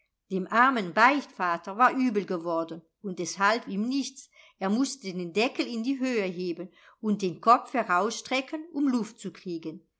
dem armen beichtvater war übel geworden und es half ihm nichts er mußte den deckel in die höhe heben und den kopf herausstrecken um luft zu kriegen